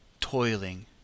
Toiling